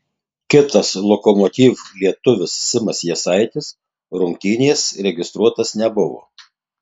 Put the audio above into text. kitas lokomotiv lietuvis simas jasaitis rungtynės registruotas nebuvo